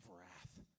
wrath